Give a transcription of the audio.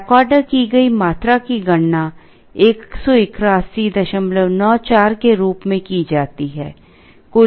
backorder की गई मात्रा की गणना 18194 के रूप में की जाती है